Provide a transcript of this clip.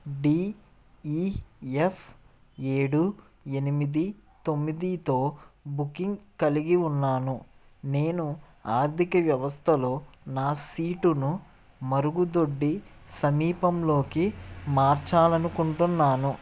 DEF ఏడు ఎనిమిది తొమ్మిదితో బుకింగ్ కలిగి ఉన్నాను నేను ఆర్థిక వ్యవస్థలో నా సీటును మరుగుదొడ్డి సమీపంలోకి మార్చాలనుకుంటున్నాను